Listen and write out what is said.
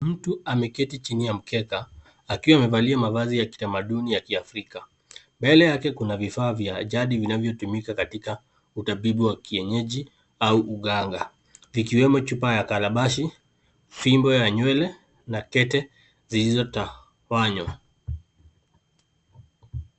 Mtu ameketi chini ya mkeka akiwa amevalia mavazi ya kitamaduni ya kiafrika. Mbele yake kuna vifaa vya jadi vinavyotumika katika utibabu wa kienyeji au uganga. Zikiwemo chupa ya Kalabashi, fimbo ya nywele na tete zilizotawanywa.